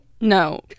No